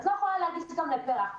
את לא יכולה להגיש גם לפר"ח.